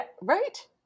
right